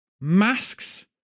masks